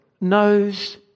knows